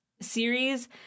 series